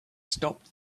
stopped